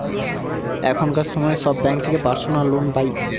এখনকার সময় সব ব্যাঙ্ক থেকে পার্সোনাল লোন পাই